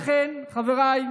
לכך, חבריי,